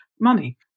money